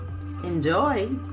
Enjoy